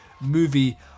movie